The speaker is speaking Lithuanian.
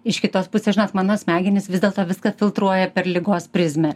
iš kitos pusės žinot mano smegenys vis dėlto viską filtruoja per ligos prizmę